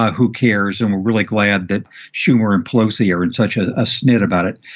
who cares? and we're really glad that shumer implosive are in such a snit about it.